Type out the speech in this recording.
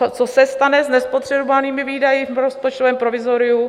A co se stane s nespotřebovanými výdaji v rozpočtovém provizoriu?